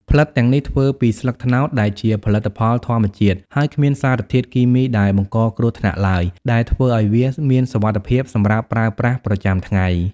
ផ្លិតទាំងនេះធ្វើពីស្លឹកត្នោត ដែលជាផលិតផលធម្មជាតិ ហើយគ្មានសារធាតុគីមីដែលបង្កគ្រោះថ្នាក់ឡើយ ដែលធ្វើឱ្យវាមានសុវត្ថិភាពសម្រាប់ប្រើប្រាស់ប្រចាំថ្ងៃ។